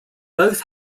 both